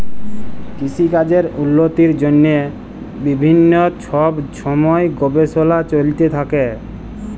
কিসিকাজের উল্লতির জ্যনহে বিভিল্ল্য ছব ছময় গবেষলা চলতে থ্যাকে